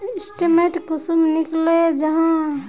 Statement कुंसम निकले जाहा?